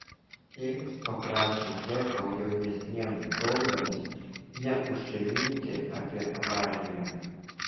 tėvas paprašė džeko jaunesniems broliams neužsiminti apie avariją